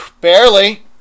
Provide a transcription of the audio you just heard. Barely